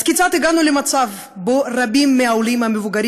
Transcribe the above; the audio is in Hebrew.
אז כיצד הגענו למצב שרבים מהעולים המבוגרים,